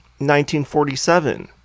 1947